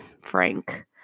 frank